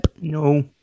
No